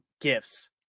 gifts